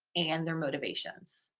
and their motivations.